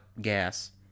gas